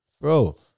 Bro